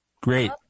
Great